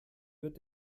wird